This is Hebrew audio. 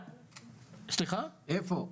איפה.